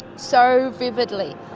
so vividly